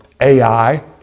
AI